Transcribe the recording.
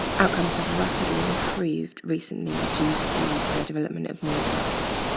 outcomes have rapidly improved recently due to the development of new drugs.